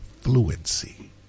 fluency